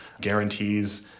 guarantees